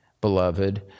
beloved